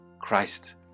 Christ